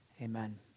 amen